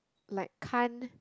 like can't